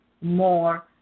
more